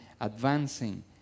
advancing